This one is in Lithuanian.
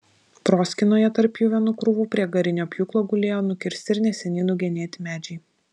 proskynoje tarp pjuvenų krūvų prie garinio pjūklo gulėjo nukirsti ir neseniai nugenėti medžiai